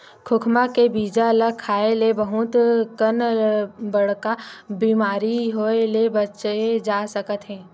खोखमा के बीजा ल खाए ले बहुत कन बड़का बेमारी होए ले बाचे जा सकत हे